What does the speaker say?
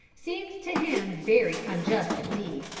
seemed to him very unjust indeed.